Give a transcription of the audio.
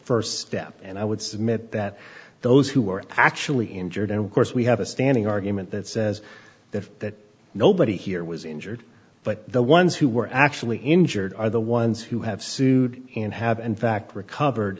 quote st step and i would submit that those who were actually injured and of course we have a standing argument that says that nobody here was injured but the ones who were actually injured are the ones who have sued and have in fact recovered